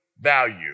value